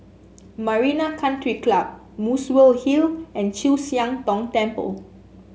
Marina Country Club Muswell Hill and Chu Siang Tong Temple